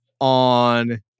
on